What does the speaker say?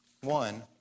One